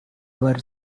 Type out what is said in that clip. were